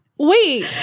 Wait